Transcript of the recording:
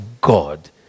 God